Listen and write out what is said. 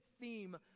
theme